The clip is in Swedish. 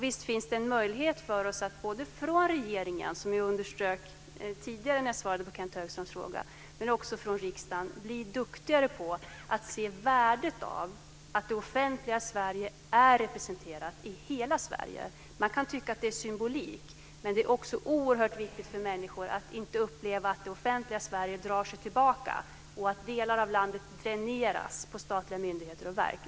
Visst finns det en möjlighet för regeringen - vilket jag svarade tidigare på Kenth Högströms fråga - men också för riksdagen att bli duktigare på att se värdet av att det offentliga Sverige är representerat i hela Sverige. Det kan vara symbolik, men det är oerhört viktigt för människor att inte uppleva att det offentliga Sverige drar sig tillbaka och att delar av landet dräneras på statliga myndigheter och verk.